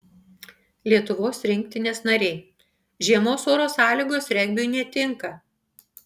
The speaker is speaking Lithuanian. lietuvos rinktinės nariai žiemos oro sąlygos regbiui netinka